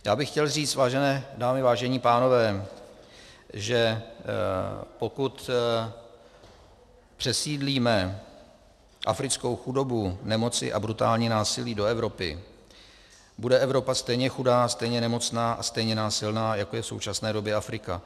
Já bych chtěl říct, vážené dámy, vážení pánové, že pokud přesídlíme africkou chudobu, nemoci a brutální násilí do Evropy, bude Evropa stejně chudá, stejně nemocná a stejně násilná, jako je v současné době Afrika.